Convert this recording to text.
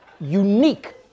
unique